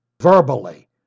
verbally